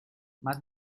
más